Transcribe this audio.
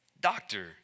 doctor